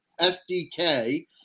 SDK